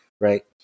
right